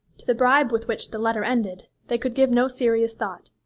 to the bribe with which the letter ended they could give no serious thought.